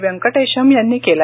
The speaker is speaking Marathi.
व्यंकटेशम यांनी केले